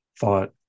thought